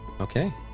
Okay